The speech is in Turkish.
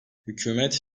hükümet